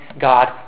God